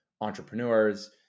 entrepreneurs